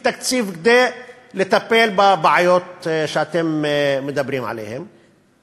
תקציב כדי לטפל בבעיות שאתם מדברים עליהן,